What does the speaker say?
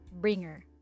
bringer